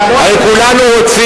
אתה לא, הרי כולנו רוצים,